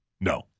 No